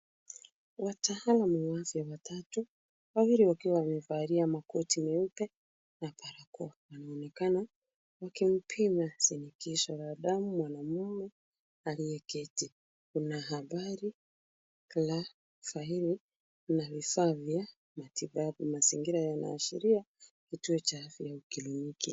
Wataalamu wa afya watatu, wawili wakiwa wamevalia makoti meupe na barakoa. Wanaonekana wakimpima shinikizo la damu mwanamume aliyeketi. Kuna habari la faili na vifaa vya matibabu. Mazingira yanaashiria kituo cha afya au kliniki.